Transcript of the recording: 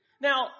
Now